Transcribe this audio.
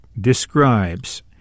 describes